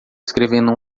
escrevendo